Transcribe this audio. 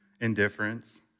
indifference